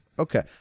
Okay